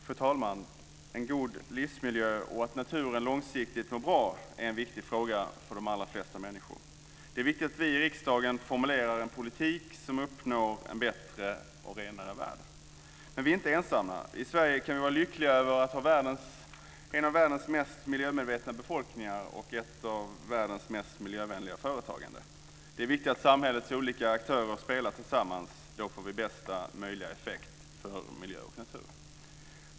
Fru talman! En god livsmiljö och att naturen långsiktigt mår bra är viktiga frågor för de allra flesta människor. Det är viktigt att vi i riksdagen formulerar en politik som gör att vi uppnår en bättre och renare värld. Men vi är inte ensamma. I Sverige kan vi vara lyckliga över att ha en av världens mest miljömedvetna befolkningar och ett av världens mest miljövänliga företagande. Det är viktigt att samhällets olika aktörer spelar tillsammans. Då får vi bästa möjliga effekt för miljö och natur.